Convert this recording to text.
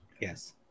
Yes